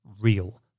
real